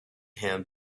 him